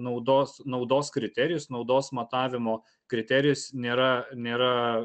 naudos naudos kriterijus naudos matavimo kriterijus nėra nėra